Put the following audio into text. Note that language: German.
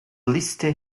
liste